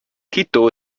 quito